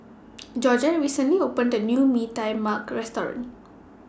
Georgette recently opened A New Mee Tai Mak Restaurant